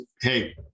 Hey